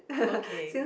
okay